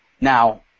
Now